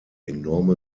enorme